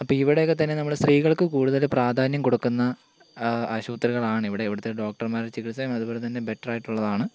അപ്പോൾ ഇവിടെയൊക്കെ തന്നെ സ്ത്രീകൾക്ക് കൂടുതൽ പ്രാധാന്യം കൊടുക്കുന്ന ആശുപത്രികളാണ് ഇവിടെ ഇവിടുത്തെ ഡോക്ടർമാരെ ചിൽകിത്സയും അതുപോലെ തന്നെ ബെറ്റർ ആയിട്ടുള്ളതാണ്